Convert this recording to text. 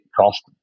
cost